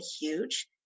huge